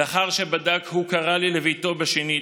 לאחר שבדק הוא קרא לי לביתו שנית,